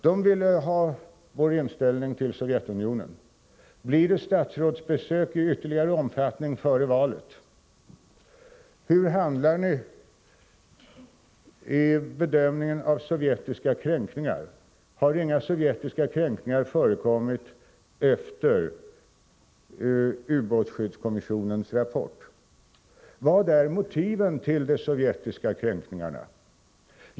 De ville veta vår inställning till Sovjetunionen och frågade: Blir det statsrådsbesök i ytterligare omfattning före valet? Hur handlar ni med anledning av er bedömning av sovjetiska kränkningar? Har inga sovjetiska kränkningar förekommit efter ubåtsskyddskommissionens rapport? Vilka är motiven till de sovjetiska kränkningarna?